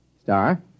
Star